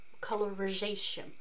colorization